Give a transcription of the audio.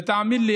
ותאמין לי,